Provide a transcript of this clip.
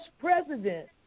president